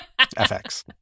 FX